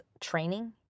training